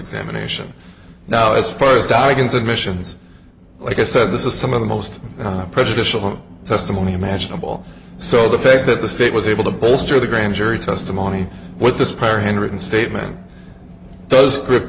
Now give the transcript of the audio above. examination now as far as dagens admissions like i said this is some of the most prejudicial testimony imaginable so the fact that the state was able to bolster the grand jury testimony with this prior handwritten statement does g